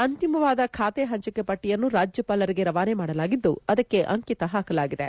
ಅಂತಿಮವಾದ ಖಾತೆ ಹಂಚಿಕೆ ಪಟ್ಟಿಯನ್ನು ರಾಜ್ಯಪಾಲರಿಗೆ ರವಾನೆ ಮಾಡಲಾಗಿದ್ದು ಅದಕ್ಕೆ ಅಂಕಿತ ಹಾಕಲಾಗಿದೆ